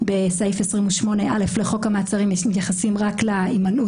בסעיף 28(א) לחוק המעצרים מתייחסים רק להימנעות,